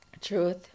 truth